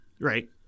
Right